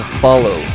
follow